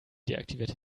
deaktivierte